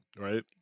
right